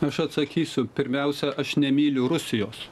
aš atsakysiu pirmiausia aš nemyliu rusijos